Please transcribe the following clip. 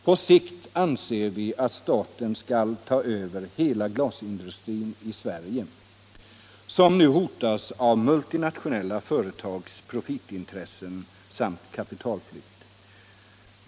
På sikt anser vi att staten skall ta över hela glasindustrin i Sverige, som nu hotas av multinationella företags profitintressen samt kapitalflykt.